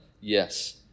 Yes